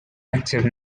active